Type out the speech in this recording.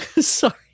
Sorry